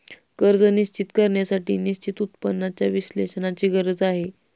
कर्ज निश्चित करण्यासाठी निश्चित उत्पन्नाच्या विश्लेषणाची गरज आहे